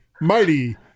mighty